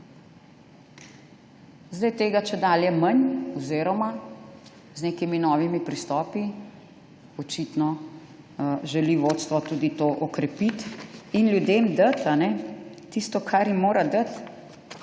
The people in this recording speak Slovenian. Zdaj je tega čedalje manj. Z nekimi novimi pristopi očitno želi vodstvo tudi to okrepiti in ljudem dati tisto, kar jim mora dati.